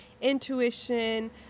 intuition